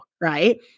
right